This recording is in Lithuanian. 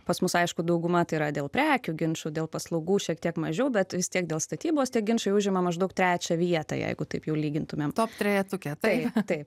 pas mus aišku dauguma tai yra dėl prekių ginčų dėl paslaugų šiek tiek mažiau bet vis tiek dėl statybos tie ginčai užima maždaug trečią vietą jeigu taip jau lygintumėm top trejetuke taip taip